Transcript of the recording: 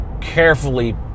carefully